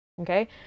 Okay